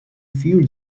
few